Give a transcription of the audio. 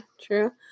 true